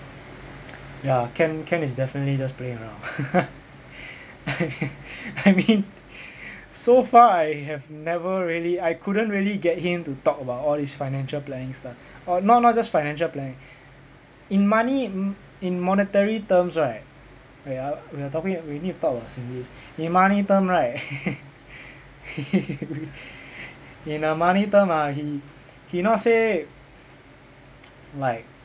ya ken ken is definitely just playing around I mean I mean so far I have never really I couldn't really get him to talk about all this financial planning stuff not not just financial planning in money m~ in monetary terms right wait ah we're talking we need talk in singlish in money terms right in money term ah he he not say like